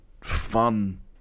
fun